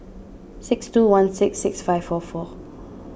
six two one six six five four four